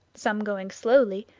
some going slowly,